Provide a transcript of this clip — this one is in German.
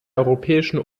europäischen